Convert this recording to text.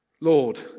Lord